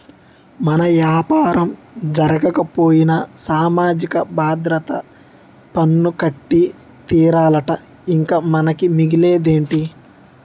మన యాపారం జరగకపోయినా సామాజిక భద్రత పన్ను కట్టి తీరాలట ఇంక మనకి మిగిలేదేటి